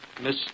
Miss